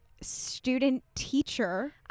student-teacher